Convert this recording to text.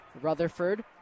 Rutherford